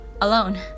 alone